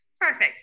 Perfect